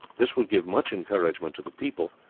this would give much encouragement to the people,